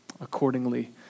Accordingly